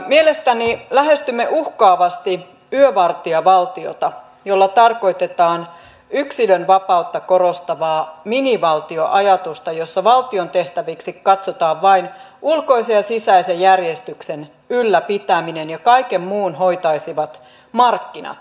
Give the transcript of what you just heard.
mielestäni lähestymme uhkaavasti yövartijavaltiota jolla tarkoitetaan yksilönvapautta korostavaa minivaltioajatusta jossa valtion tehtäviksi katsotaan vain ulkoisen ja sisäisen järjestyksen ylläpitäminen ja kaiken muun hoitaisivat markkinat